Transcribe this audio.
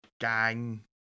gang